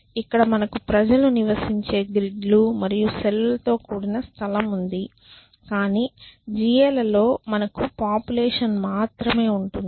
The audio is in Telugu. ఇక్కడ మనకు ప్రజలు నివసించే గ్రిడ్లు మరియు సెల్ లతో కూడిన స్థలం ఉంది కాని GA లలో మనకు పాపులేషన్ మాత్రమే ఉంటుంది